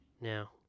now